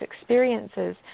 experiences